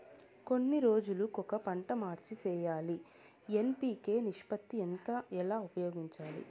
ఎన్ని రోజులు కొక పంట మార్చి సేయాలి ఎన్.పి.కె నిష్పత్తి ఎంత ఎలా ఉపయోగించాలి?